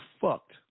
fucked